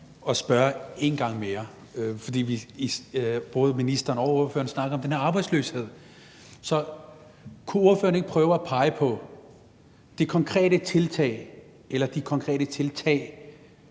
at spørge en gang mere, for både ministeren og ordføreren snakkede om den her arbejdsløshed. Så kunne ordføreren ikke prøve at pege på de konkrete tiltag, som i ghettoloven